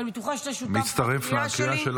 ואני בטוחה שאתה שותף לקריאה שלי.